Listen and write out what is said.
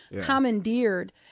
commandeered